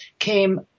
came